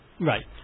right